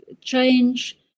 change